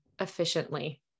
efficiently